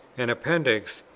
an appendix,